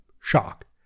shock